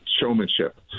showmanship